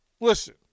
Listen